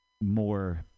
more